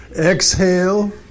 exhale